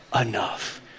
enough